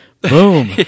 Boom